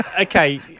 Okay